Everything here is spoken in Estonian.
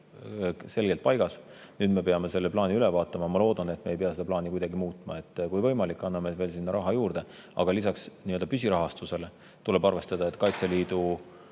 selgelt paigas, nüüd me peame selle plaani üle vaatama. Ma loodan, et me ei pea seda kuidagi muutma. Kui võimalik, anname veel sinna raha juurde, aga lisaks püsirahastusele tuleb arvestada, et Kaitseliidu